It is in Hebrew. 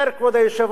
כבוד היושב-ראש,